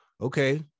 okay